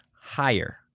higher